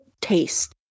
taste